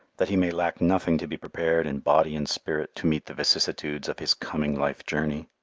that he may lack nothing to be prepared in body and spirit to meet the vicissitudes of his coming life journey.